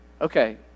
Okay